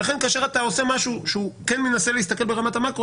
לכן כשאתה עושה משהו שצריך להסתכל ברמת המקרו